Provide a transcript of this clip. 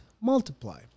multiply